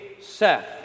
Seth